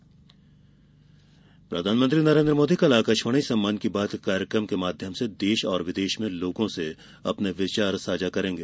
मन की बात प्रधानमंत्री नरेन्द्र मोदी कल आकाशवाणी से मन की बात कार्यक्रम में देश और विदेश में लोगों से अपने विचार साझा करेंगे